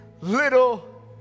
little